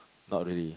loudly